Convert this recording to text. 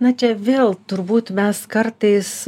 na čia vėl turbūt mes kartais